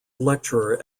lecturer